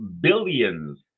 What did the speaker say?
billions